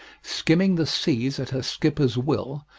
skimming the seas at her skipper's will,